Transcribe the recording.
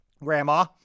Grandma